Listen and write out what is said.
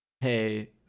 hey